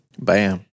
Bam